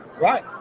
Right